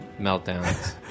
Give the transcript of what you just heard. meltdowns